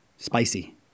spicy